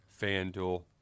FanDuel